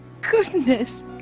goodness